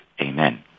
Amen